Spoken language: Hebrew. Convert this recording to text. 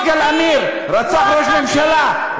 יגאל עמיר רצח ראש ממשלה.